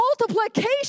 multiplication